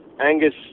Angus